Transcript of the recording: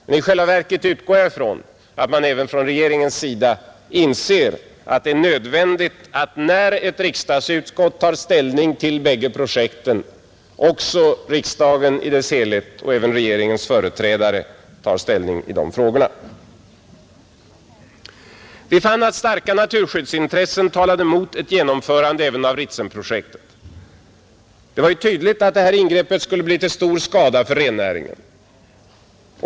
Men i själva verket utgår jag ifrån att man även inom regeringen inser att när ett utskott tar ställning till bägge projekten, är det nödvändigt att också riksdagen i sin helhet och även regeringens företrädare gör det. Vi fann att starka naturskyddsintressen talade mot ett genomförande även av Ritsemprojektet. Det var ju tydligt att projektet skulle bli till stor skada för rennäringen.